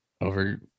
Over